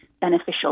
beneficial